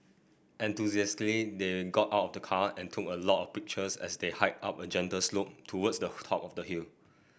enthusiastically they got out of the car and took a lot of pictures as they hiked up a gentle slope towards the top of the hill